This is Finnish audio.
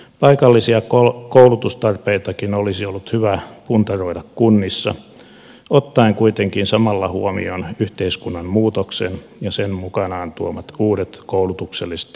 paikallisia koulutustarpeitakin olisi ollut hyvä puntaroida kunnissa ottaen kuitenkin samalla huomioon yhteiskunnan muutoksen ja sen mukanaan tuomat uudet koulutukselliset haasteet